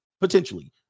potentially